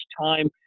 time